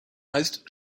heißt